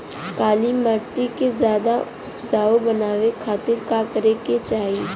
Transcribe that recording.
काली माटी के ज्यादा उपजाऊ बनावे खातिर का करे के चाही?